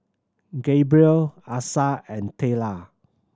Gabriel Asa and Tayla